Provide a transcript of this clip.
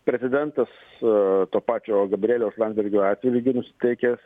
prezidentas to pačio gabrieliaus landsbergio atžvilgiu nusiteikęs